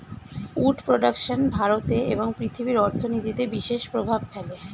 would production ভারতে এবং পৃথিবীর অর্থনীতিতে বিশেষ প্রভাব ফেলে